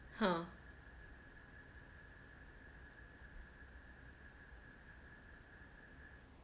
!huh!